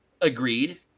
agreed